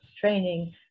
training